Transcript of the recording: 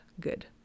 good